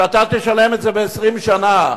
שאתה תשלם את זה ב-20 שנה,